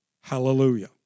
Hallelujah